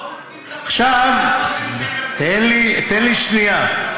אז בוא נקדים, תן לי שנייה.